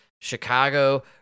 Chicago